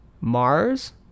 Mars